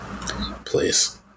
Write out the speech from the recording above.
Please